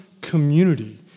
community